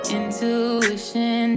intuition